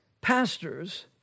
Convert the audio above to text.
pastors